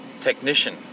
technician